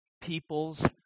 peoples